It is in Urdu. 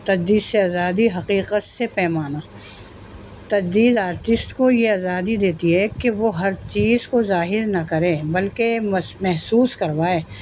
تجدید سے آزادی حقیقت سے پیمانا تجدید آرٹسٹ کو یہ آزادی دیتی ہے کہ وہ ہر چیز کو ظاہر نہ کرے بلکہ م محسوس کروائے